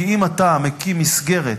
כי אם אתה מקים מסגרת